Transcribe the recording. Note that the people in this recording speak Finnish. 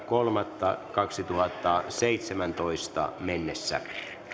kolmatta kaksituhattaseitsemäntoista